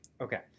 Okay